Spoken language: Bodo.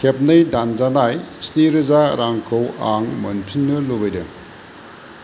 खेबनै दानजानाय स्निरोजा रांखौ आं मोनफिन्नो लुबैदों